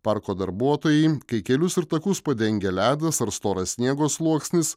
parko darbuotojai kai kelius ir takus padengia ledas ar storas sniego sluoksnis